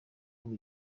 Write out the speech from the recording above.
ubu